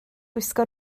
gwisgo